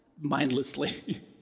mindlessly